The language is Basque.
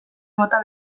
bota